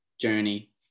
journey